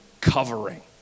covering